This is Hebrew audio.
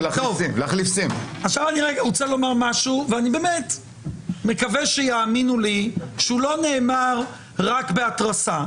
אני רוצה לומר משהו ואני מקווה שיאמינו לי שהוא לא נאמר רק בהתרסה.